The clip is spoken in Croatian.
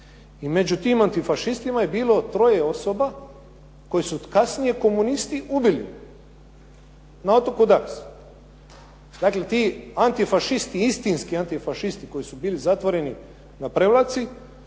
i među tim antifašistima je bilo 3 osoba koje su kasnije komunisti ubili na otoku Daksi. Dakle, ti antifašisti, istinski antifašisti koji su bili zatvoreni na Prevlaci